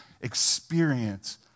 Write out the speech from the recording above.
experience